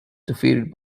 defeated